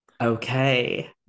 Okay